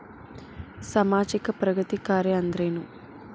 ಸಾಮಾಜಿಕ ಪ್ರಗತಿ ಕಾರ್ಯಾ ಅಂದ್ರೇನು?